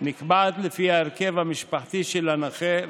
נקבעת לפי ההרכב המשפחתי של הנכה,